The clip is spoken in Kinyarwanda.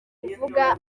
kuvuga